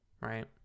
right